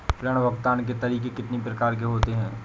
ऋण भुगतान के तरीके कितनी प्रकार के होते हैं?